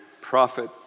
prophet